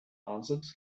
answered